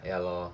ya lor